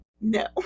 No